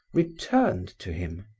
returned to him.